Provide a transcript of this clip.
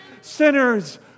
Sinners